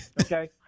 Okay